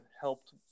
helped